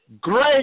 great